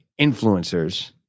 influencers